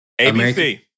ABC